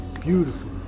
beautiful